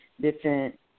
different